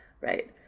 right